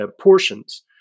portions